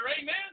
amen